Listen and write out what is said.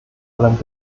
allem